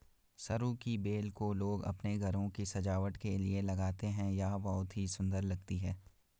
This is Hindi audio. सरू की बेल को लोग अपने घरों की सजावट के लिए लगाते हैं यह बहुत ही सुंदर लगती है